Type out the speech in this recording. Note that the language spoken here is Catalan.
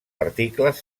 articles